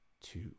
two